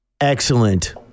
Excellent